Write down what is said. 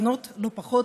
מסוכנות לא פחות,